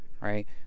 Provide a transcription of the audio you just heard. right